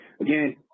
again